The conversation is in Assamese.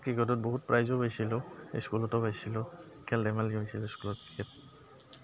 ক্ৰিকেটত বহুত প্ৰাইজো পাইছিলোঁ স্কুলতো পাইছিলোঁ খেল ধেমালি হৈছিল স্কুলত